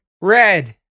Red